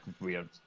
weird